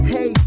Hey